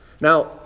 Now